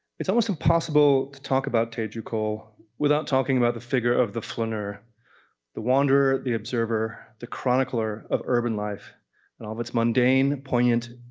it's almost impossible to talk about teju cole without talking about the figure of the flaneur the wanderer, the observer, the chronicler of urban life and all of its mundane, poignant,